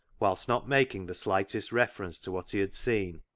whilst not making the slightest reference to what he had seen,